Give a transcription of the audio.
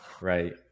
right